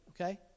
okay